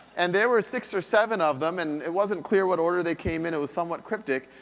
and there were six or seven of them, and it wasn't clear what order they came in, it was somewhat cryptic,